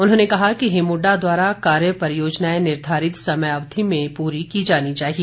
उन्होंने कहा कि हिमुडा द्वारा कार्य परियोजनाए निर्घारित समय अवधि में पूर्ण की जानी चाहिए